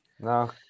no